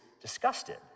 disgusted